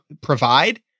provide